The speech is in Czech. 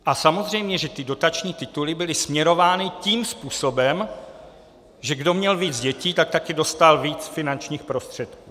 A samozřejmě že ty dotační tituly byly směrovány tím způsobem, že kdo měl víc dětí, tak také dostal víc finančních prostředků.